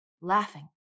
laughing